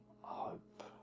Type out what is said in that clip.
hope